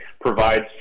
provides